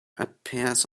appears